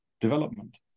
development